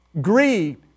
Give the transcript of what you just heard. Greed